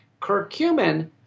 Curcumin